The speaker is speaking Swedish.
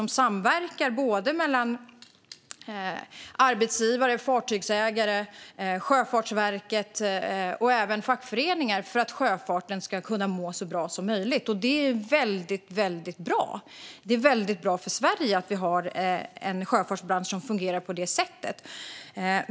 Det sker en samverkan mellan arbetsgivare, fartygsägare, Sjöfartsverket och även fackföreningar för att sjöfarten ska kunna må så bra som möjligt, och det är väldigt bra. Det är bra för Sverige att vi har en sjöfartsbransch som fungerar på det sättet.